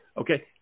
okay